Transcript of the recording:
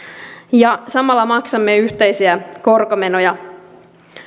ja samalla maksamme yhteisiä korkomenoja